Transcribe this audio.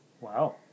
Wow